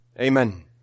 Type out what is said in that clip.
Amen